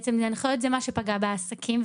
ההנחיות זה מה שפגע בעסקים.